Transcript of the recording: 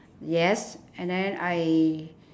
yes and then I